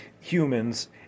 humans